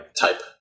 type